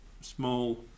small